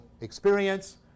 experience